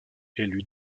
élus